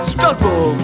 Struggle